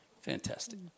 Fantastic